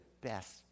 best